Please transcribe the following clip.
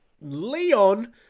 Leon